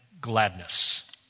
gladness